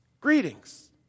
Greetings